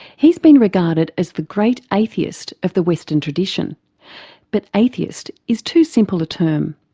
he's been regarded as the great atheist of the western tradition but atheist is too simple a term.